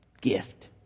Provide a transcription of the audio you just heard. gift